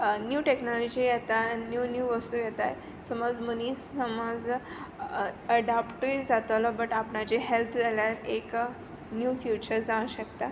नीव टेक्नोलॉजीचें येता नीव नीव वस्तू येताय समज मनीस समज एडॅप्टूय जातोलो बट आपणाची हेल्थ जाल्यार एक नीव फ्युचर जावं शकता